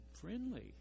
friendly